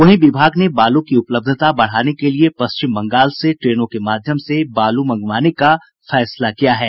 वहीं विभाग ने बालू की उपलब्धता बढ़ाने के लिये पश्चिम बंगाल से ट्रेनों के माध्यम से बालू मंगवाने का निर्णय किया है